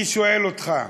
אני שואל אותך,